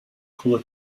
cola